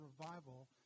revival